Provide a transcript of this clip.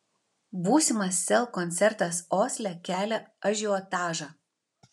būsimas sel koncertas osle kelia ažiotažą